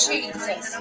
Jesus